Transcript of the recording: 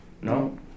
No